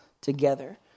together